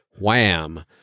Wham